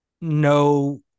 no